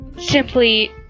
Simply